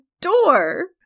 door